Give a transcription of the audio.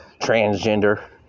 transgender